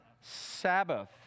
Sabbath